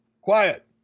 quiet